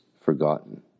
forgotten